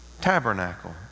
tabernacle